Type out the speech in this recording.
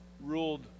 ruled